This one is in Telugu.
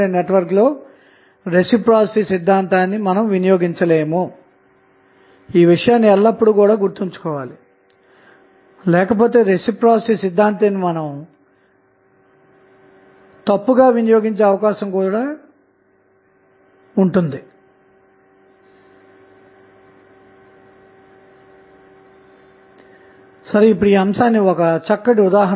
ముందుగా సర్క్యూట్ నుండి లోడ్ ని తొలగిద్దాము ఆపై నెట్వర్క్ లో మిగిలిన భాగం యొక్క థెవెనిన్ ఈక్వివలెంట్ సర్క్యూట్ ను కనుగొందాము